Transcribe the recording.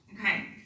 Okay